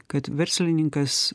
kad verslininkas